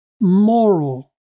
moral